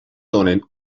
donen